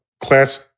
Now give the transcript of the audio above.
class